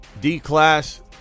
D-Class